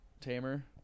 tamer